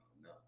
no